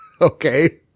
Okay